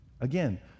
Again